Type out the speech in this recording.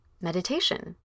meditation